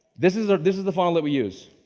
this is ah this is the funnel that we use,